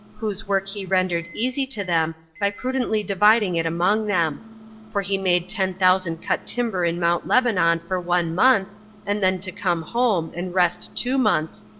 whose work he rendered easy to them by prudently dividing it among them for he made ten thousand cut timber in mount lebanon for one month and then to come home, and rest two months,